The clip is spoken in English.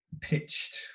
pitched